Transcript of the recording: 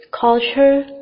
culture